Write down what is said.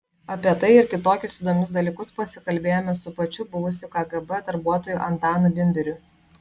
apie tai ir kitokius įdomius dalykus pasikalbėjome su pačiu buvusiu kgb darbuotoju antanu bimbiriu